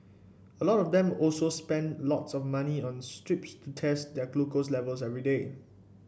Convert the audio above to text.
a lot of them also spend lots of money on strips to test their glucose levels every day